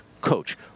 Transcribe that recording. coach